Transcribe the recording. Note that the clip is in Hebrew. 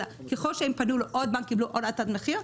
אלא ככל שהם פנו לעוד בנק וקיבלו עוד הצעת מחיר,